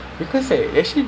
no